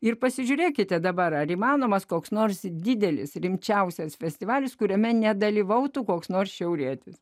ir pasižiūrėkite dabar ar įmanomas koks nors didelis rimčiausias festivalis kuriame nedalyvautų koks nors šiaurietis